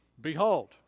behold